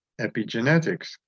epigenetics